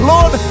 Lord